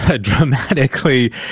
dramatically